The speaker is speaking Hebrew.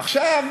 עכשיו,